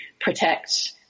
protect